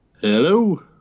Hello